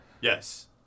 Yes